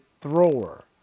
thrower